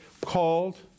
called